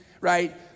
right